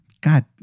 God